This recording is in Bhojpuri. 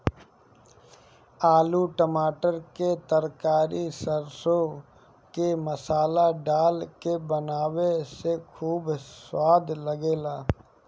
आलू टमाटर के तरकारी सरसों के मसाला डाल के बनावे से खूब सवाद लागेला